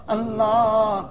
Allah